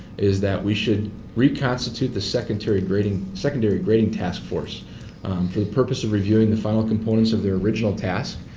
is that we should reconstitute the secondary grading secondary grading task force for the purpose of reviewing the final components of their original task.